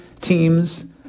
teams